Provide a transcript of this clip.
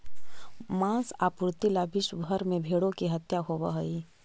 माँस आपूर्ति ला विश्व भर में भेंड़ों की हत्या होवअ हई